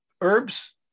herbs